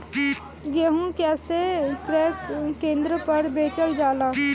गेहू कैसे क्रय केन्द्र पर बेचल जाला?